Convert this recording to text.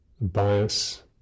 bias